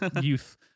youth